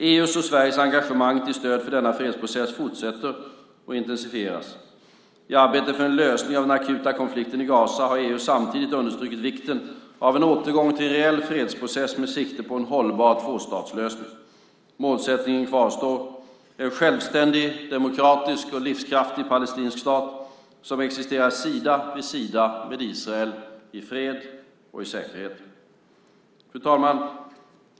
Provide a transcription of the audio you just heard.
EU:s och Sveriges engagemang till stöd för denna fredsprocess fortsätter och intensifieras. I arbetet för en lösning av den akuta konflikten i Gaza har EU samtidigt understrukit vikten av en återgång till en reell fredsprocess med sikte på en hållbar tvåstatslösning. Målsättningen kvarstår: En självständig, demokratisk och livskraftig palestinsk stat som existerar sida vid sida med Israel, i fred och säkerhet. Fru talman!